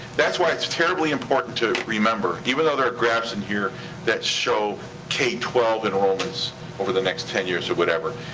that's why it's terribly important to remember, even though there are graphs in here that show k twelve enrollments over the next ten years or whatever,